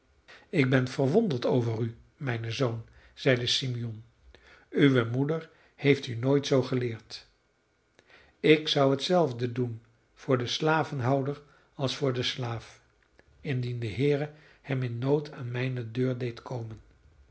ik ben verwonderd over u mijn zoon zeide simeon uwe moeder heeft u nooit zoo geleerd ik zou hetzelfde doen voor den slavenhouder als voor den slaaf indien de heere hem in nood aan mijne deur deed komen